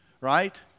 right